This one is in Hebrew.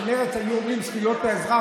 כשמרצ היו אומרים "זכויות האזרח",